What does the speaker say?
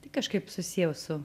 tai kažkaip susijau su